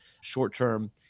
short-term